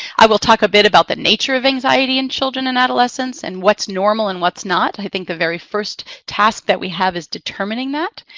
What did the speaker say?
i will talk a bit about the nature of anxiety in children and adolescents, and what's normal and what's not. i think the very first task that we have is determining that.